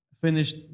finished